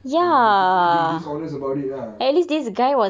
and basically being dishonest about it ah